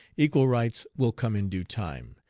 equal rights will come in due time,